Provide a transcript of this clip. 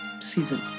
season